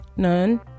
none